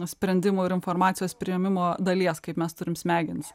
sprendimų ir informacijos priėmimo dalies kaip mes turim smegenis